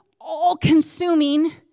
all-consuming